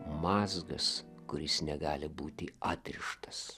mazgas kuris negali būti atrištas